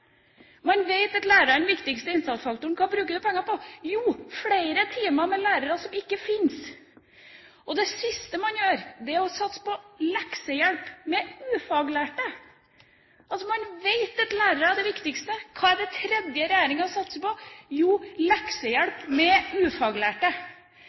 Man vet at læreren er den viktigste innsatsfaktoren, men hva bruker man penger på? Jo, flere timer med lærere som ikke fins. Og det siste man gjør, er å satse på leksehjelp med ufaglærte! Man vet at lærere er det viktigste, så hva er det tredje regjeringa satser på? Jo,